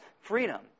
freedom